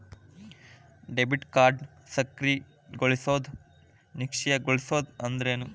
Debit ಕಾರ್ಡ್ನ ಸಕ್ರಿಯಗೊಳಿಸೋದು ನಿಷ್ಕ್ರಿಯಗೊಳಿಸೋದು ಅಂದ್ರೇನು?